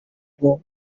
bwo